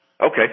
Okay